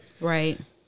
Right